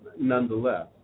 nonetheless